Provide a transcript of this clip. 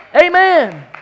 Amen